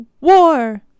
war